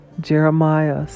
Jeremiah